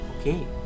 Okay